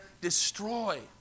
destroy